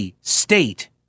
state